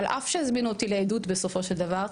על אף שהזמינו אותי לעדות בסופו של דבר,